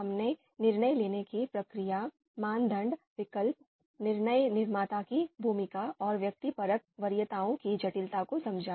हमने निर्णय लेने की प्रक्रिया मानदंड विकल्प निर्णय निर्माता की भूमिका और व्यक्तिपरक वरीयताओं की जटिलता को समझा